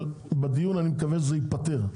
ואני מקווה שבדיון זה ייפתר.